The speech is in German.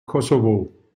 kosovo